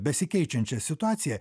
besikeičiančią situaciją